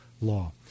law